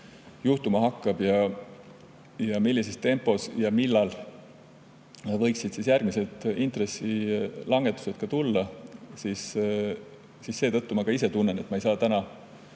juhtuma hakkab ja millises tempos ja millal võiksid järgmised intressilangetused tulla. Seetõttu ma ka ise tunnen, et ma ei saa täna